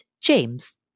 James